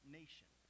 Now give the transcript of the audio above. nation